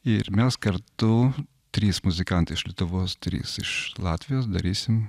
ir mes kartu trys muzikantai iš lietuvos trys iš latvijos darysim